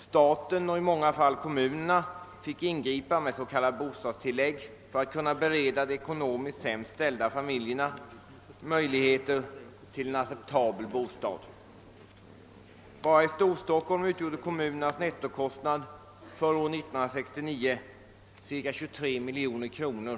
Staten och i många fall kommunerna fick ingripa med s.k. bostadstillägg för att kunna bereda de ekonomiskt sämst ställda familjerna möjligheter till en acceptabel bostad. Bara i Storstockholm utgjorde kommunernas nettokostnad för detta stöd under 1969 cirka 23 miljoner kronor.